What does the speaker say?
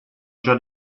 già